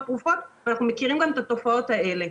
תרופות ואנחנו מכירים גם את התופעות האלה.